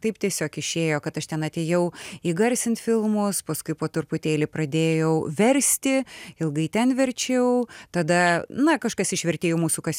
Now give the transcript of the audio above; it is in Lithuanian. taip tiesiog išėjo kad aš ten atėjau įgarsint filmus paskui po truputėlį pradėjau versti ilgai ten verčiau tada na kažkas iš vertėjų mūsų kas